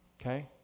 okay